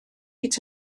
hyd